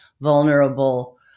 vulnerable